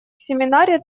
семинаре